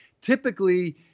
Typically